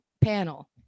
panel